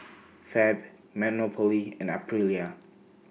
Fab Monopoly and Aprilia